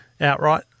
outright